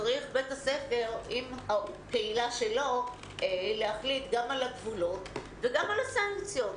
צריך בית הספר עם הקהילה שלו להחליט גם על הגבולות וגם על הסנקציות.